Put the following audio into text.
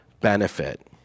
benefit